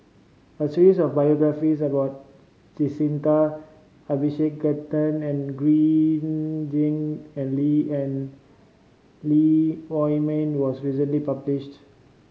a series of biographies about Jacintha Abisheganaden and Green Zeng and Lee and Lee Huei Min was recently published